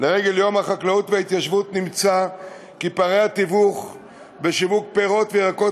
לרגל יום החקלאות וההתיישבות נמצא כי פערי התיווך בשיווק פירות וירקות